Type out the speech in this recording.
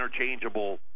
interchangeable